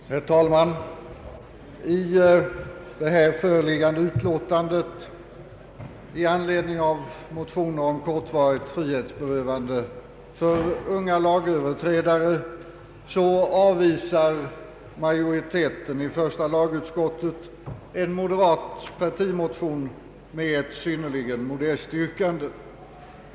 Herr talman! I föreliggande utlåtande med anledning av motioner om kortvarigt frihetsberövande för unga lagöverträdare avstyrker majoriteten i första lagutskottet en moderat partimotion med ett synnerligen modest yrkande.